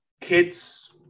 kids